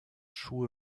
schuhe